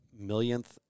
millionth